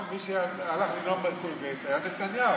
מי שהלך לנאום בקונגרס היה נתניהו,